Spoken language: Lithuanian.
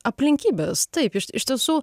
aplinkybės taip iš iš tiesų